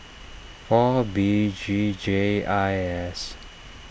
four B G J I S